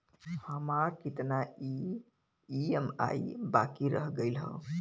हमार कितना ई ई.एम.आई बाकी रह गइल हौ?